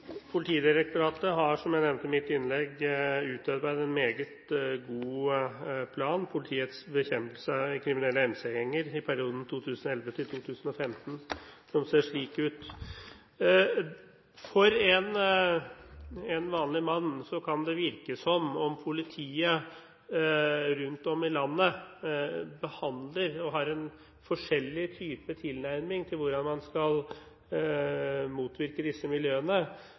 Politidirektoratet utarbeidet en meget god plan, Politiets bekjempelse av kriminelle MC-gjenger i perioden 2011 til 2015, som jeg har her. For en vanlig mann kan det virke som om politiet rundt om i landet har en forskjellig type tilnærming til hvordan man skal motvirke disse miljøene.